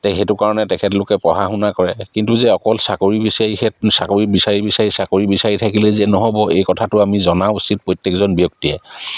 তো সেইটো কাৰণে তেখেতলোকে পঢ়া শুনা কৰে কিন্তু যে অকল চাকৰি বিচাৰি সেই চাকৰি বিচাৰি বিচাৰি চাকৰি বিচাৰি থাকিলে যে নহ'ব এই কথাটো আমি জনা উচিত প্ৰত্যেকজন ব্যক্তিয়ে